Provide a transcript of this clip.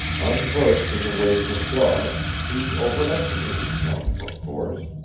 unversed in the ways of dogs, he overestimated chum, of course,